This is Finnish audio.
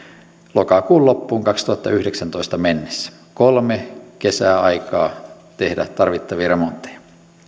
lokakuun loppuun kaksituhattayhdeksäntoista mennessä kolme kesää aikaa tehdä tarvittavia remontteja